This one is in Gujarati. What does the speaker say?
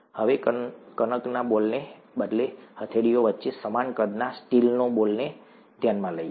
હવે કણકના બોલને બદલે હથેળીઓ વચ્ચે સમાન કદના સ્ટીલના બોલને ધ્યાનમાં લઈએ